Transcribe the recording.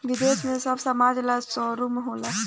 विदेश में सब समान ला शोरूम होला